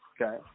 Okay